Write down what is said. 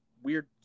Weird